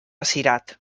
cirat